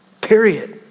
Period